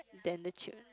than the chil~